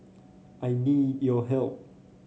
I need your help